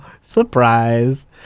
Surprise